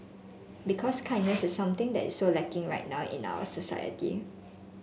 because kindness is something that is so lacking right now in our society